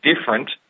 different